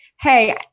hey